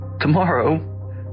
tomorrow